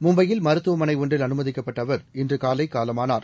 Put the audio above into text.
மும்பையில் மருத்துவமனைஒன்றில் அனுமதிக்கப்பட்டஅவர் இன்றுகாலைகாலமானார்